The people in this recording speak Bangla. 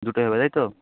দুটোই হবে তাই তো